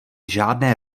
žádné